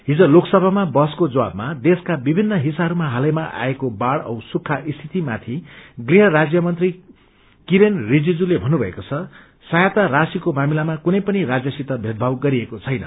हिज लोकसभामा बहसको जवाबमा देशका दिभिन्न डिस्साहयमा इलैमा आएको बाइ औ सुक्ख स्थितिमाथि गुरु राज्य मंत्री किरेन रिजीजूले भन्नुभएको छ सङ्घयता राशिको मामिलामा कुनै पनि राज्यसित भेदभाव गरिएको छैन